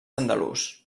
andalús